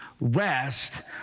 rest